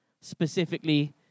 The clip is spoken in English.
specifically